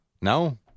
No